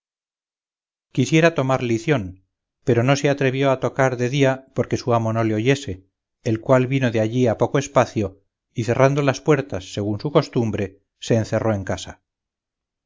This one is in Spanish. quisiera tomar lición pero no se atrevió a tocar de día porque su amo no le oyese el cual vino de allí a poco espacio y cerrando las puertas según su costumbre se encerró en casa